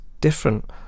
different